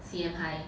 C_M high